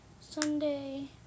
Sunday